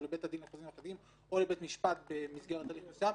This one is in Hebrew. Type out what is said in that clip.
לבית הדין לחוזים אחידים או לבית משפט במסגרת הליך מוקדם,